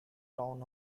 town